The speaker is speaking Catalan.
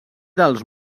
dels